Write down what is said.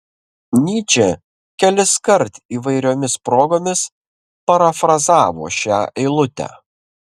nyčė keliskart įvairiomis progomis parafrazavo šią eilutę